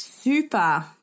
super